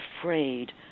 afraid